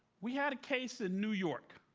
we had a case in new york,